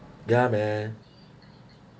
ya man